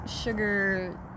sugar